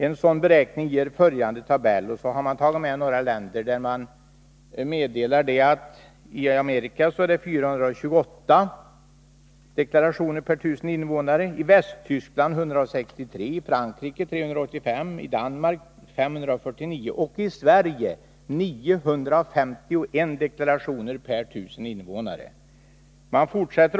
En sådan beräkning ger följande tabell.” Därefter har angivits några länder: I USA är det 428, i Västtyskland 163, i Frankrike 385, i Danmark 549 och i Sverige 951 deklarationer per 1000 invånare.